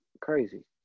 Crazy